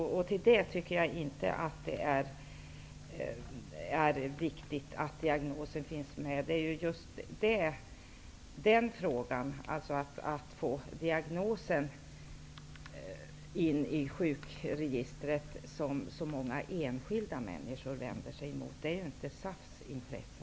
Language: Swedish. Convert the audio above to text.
Till det tycker jag inte att det är viktigt att diagnosen finns med. Det är just detta att få diagnosen in i sjukförsäkringsregistret som så många enskilda människor vänder sig emot. Det är ju inte SAF:s intresse.